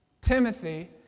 Timothy